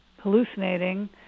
hallucinating